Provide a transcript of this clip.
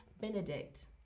Benedict